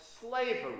slavery